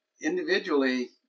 individually